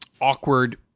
awkward